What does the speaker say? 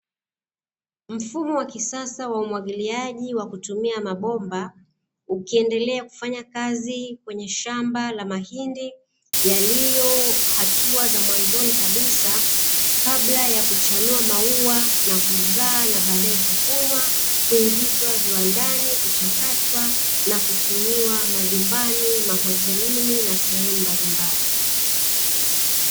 Mfumo wa kisasa wa umwagiliaji wa kutumia mabomba, ukiendelea kufanya kazi kwenye shamba la mahindi yaliyo hatua za mwanzoni kabisa kabla ya kuchanua maua na kuzaa na baadae kuvunwa, kuingizwa viwandani, kuchakatwa na kutumiwa majumbani, mahotelini na sehemu mbalimbali.